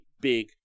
big